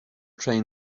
train